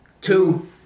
two